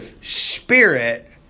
spirit